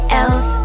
else